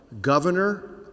governor